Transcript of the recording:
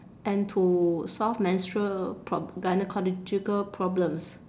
and to solve menstrual prob~ gynaecological problems